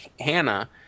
Hannah